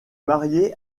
marié